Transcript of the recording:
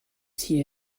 sie